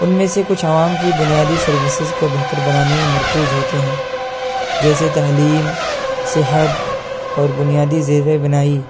ان میں سے کچھ عوام کی بنیادی سروسسز کو بہتر بنانے میں مرکوز ہوتے ہیں جیسے تعلیم صحت اور بنیادی زیر بنائی